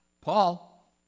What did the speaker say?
Paul